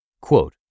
Quote